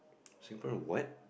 Singaporean what